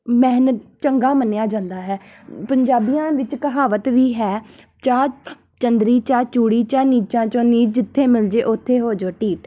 ਮਿਹਨ ਚੰਗਾ ਮੰਨਿਆ ਜਾਂਦਾ ਹੈ ਪੰਜਾਬੀਆਂ ਵਿੱਚ ਕਹਾਵਤ ਵੀ ਹੈ ਚਾਹ ਚੰਦਰੀ ਚਾਹ ਚੂੜੀ ਚਾਹ ਨੀਚਾਂ ਚੋਂ ਨੀਚ ਜਿੱਥੇ ਮਿਲਜੇ ਉੱਥੇ ਹੋਜੋ ਢੀਠ